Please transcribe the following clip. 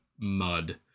mud